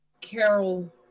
carol